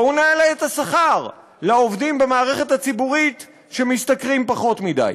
בואו נעלה את השכר לעובדים במערכת הציבורית שמשתכרים פחות מדי,